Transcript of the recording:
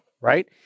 Right